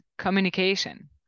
Communication